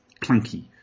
clunky